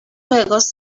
juegos